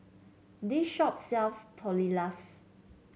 this shop sells Tortillas